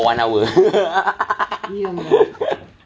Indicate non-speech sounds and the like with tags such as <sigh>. for one hour <laughs>